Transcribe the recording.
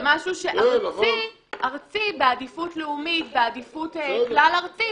זה משהו שארצי בעדיפות לאומית ובעדיפות כלל ארצי,